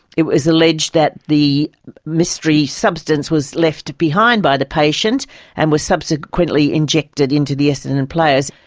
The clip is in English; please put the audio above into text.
it was alleged that the mystery substance was left behind by the patient and was subsequently injected into the essendon players.